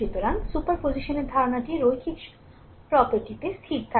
সুতরাং সুপারপজিশনের ধারণাটি রৈখিক প্রপার্টিতে স্থির থাকে